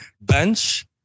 bench